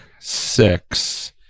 six